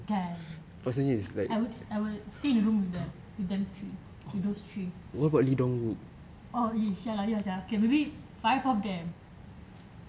kan I would I would stay in a room with them with them three with those three oh [sial] lah okay maybe five of them